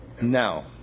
Now